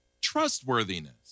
trustworthiness